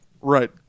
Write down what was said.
Right